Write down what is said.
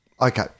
Okay